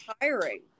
tiring